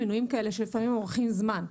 מינוי מנהל מיוחד וועדה מייעצת.